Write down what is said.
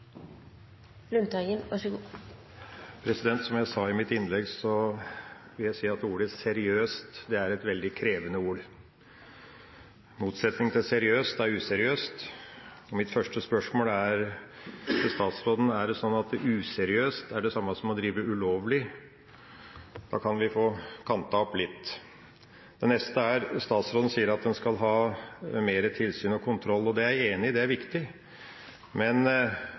et veldig krevende ord. Motsetningen til seriøst er useriøst, og mitt første spørsmål til statsråden er: Er det sånn at useriøst er det samme som å drive ulovlig? Da kan vi få kantet opp litt. Så til det neste. Statsråden sier at en skal ha mer tilsyn og kontroll, og jeg er enig i at det er viktig, men